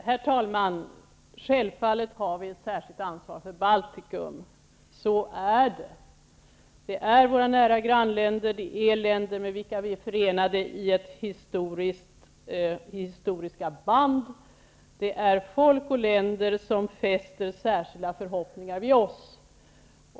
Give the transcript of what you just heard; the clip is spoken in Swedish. Herr talman! Självfallet har vi ett särskilt ansvar för Baltikum. Så är det. De är våra nära grannländer och länder med vilka vi är förenade i historiska band. Det är folk och länder vilka fäster särskilda förhoppningar vid oss.